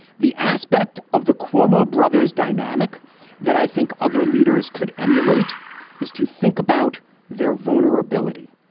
the aspect of the cuomo brothers dynamic that i think other leaders could emulate is to think about their vulnerability.